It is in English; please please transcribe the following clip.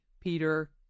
Peter